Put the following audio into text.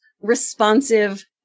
responsive